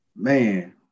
Man